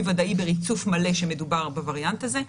ודאי בריצוף מלא שמדובר בווריאנט הזה,